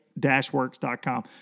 Dashworks.com